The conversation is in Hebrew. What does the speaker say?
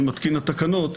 אז מי מחליט?